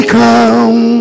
come